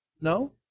No